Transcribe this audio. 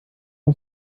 wir